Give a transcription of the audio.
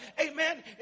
Amen